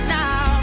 now